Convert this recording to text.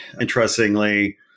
interestingly